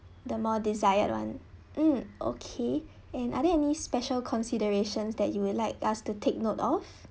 the more desired one mm okay and are there any special considerations that you would like us to take note of